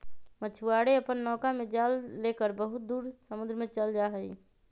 मछुआरे अपन नौका में जाल लेकर बहुत दूर समुद्र में चल जाहई